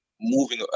moving